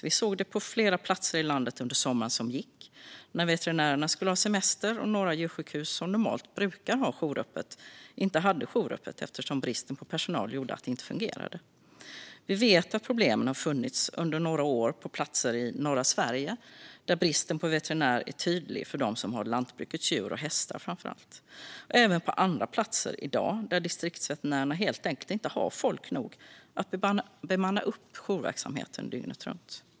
Vi såg det på flera platser i landet under sommaren som gick, när veterinärerna skulle ha semester och några djursjukhus som normalt brukar ha jouröppet inte hade jouröppet eftersom bristen på personal gjorde att det inte fungerade. Vi vet att problemen har funnits under några år på platser i norra Sverige där bristen på veterinärer är tydlig, framför allt för dem som har lantbrukets djur och hästar, och även på andra platser, där Distriktsveterinärerna i dag helt enkelt inte har folk nog att bemanna jourverksamheten dygnet runt.